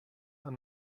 are